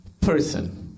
person